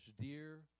dear